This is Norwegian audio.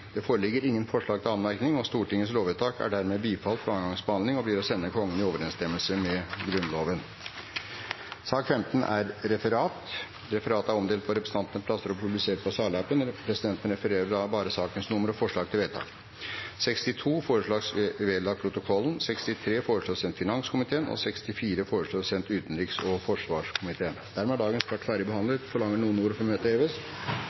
Det foreligger ingen forslag til anmerkninger, og Stortingets lovvedtak er dermed bifalt ved andre gangs behandling og blir å sende Kongen i overensstemmelse med Grunnloven. Dermed er dagens kart ferdig behandlet. Forlanger noen ordet før møtet heves?